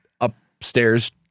upstairs